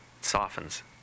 softens